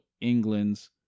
England's